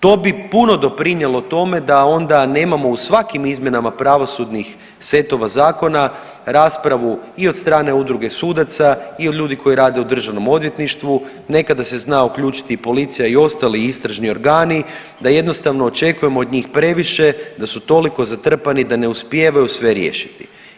To bi puno doprinijelo tome da onda nemamo u svakim izmjenama pravosudnih setova zakona raspravu i od strane udruge sudaca i od ljudi koji rade u državnom odvjetništvu, nekada se zna uključiti i policija i ostali istražni organi da jednostavno očekujemo od njih previše, da su toliko zatrpani da ne uspijevaju sve riješiti.